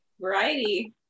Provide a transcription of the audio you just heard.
variety